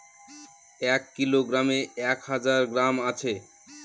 এক কিলোগ্রামে এক হাজার গ্রাম আছে